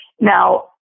Now